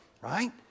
right